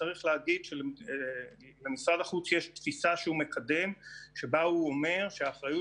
צריך להגיד שלמשרד החוץ יש תפיסה שהוא מקדם שבה הוא אומר שהאחריות